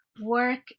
work